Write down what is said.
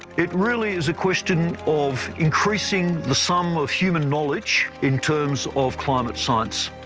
it really is a question of increasing the sum of human knowledge in terms of climate science,